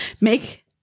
Make